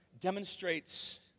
demonstrates